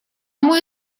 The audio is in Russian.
мой